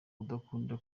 udakunda